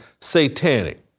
satanic